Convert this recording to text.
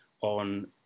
on